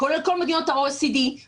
כולל כל מדינות ה-OECD,